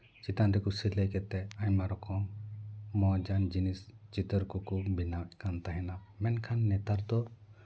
ᱪᱮᱛᱟᱱ ᱨᱮᱠᱚ ᱥᱤᱞᱟᱹᱭ ᱠᱟᱛᱮ ᱟᱭᱢᱟ ᱨᱚᱠᱚᱢ ᱢᱚᱡᱽ ᱟᱱ ᱡᱤᱱᱤᱥ ᱪᱤᱛᱟᱹᱨ ᱠᱚᱠᱚ ᱵᱮᱱᱟᱣᱮᱫ ᱠᱟᱱ ᱛᱟᱦᱮᱱᱟ ᱢᱮᱱᱠᱷᱟᱱ ᱱᱮᱛᱟᱨ ᱫᱚ